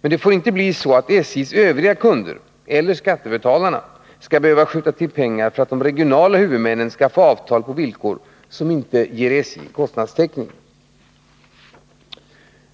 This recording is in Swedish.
Det får dock inte bli så, att SJ:s övriga kunder eller skattebetalare skall behöva skjuta till pengar för att de regionala huvudmännen skall få avtal på villkor som inte ger kostnadstäckning för SJ.